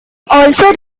also